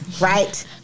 right